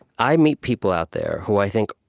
i meet people out there who, i think,